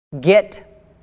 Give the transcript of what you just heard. get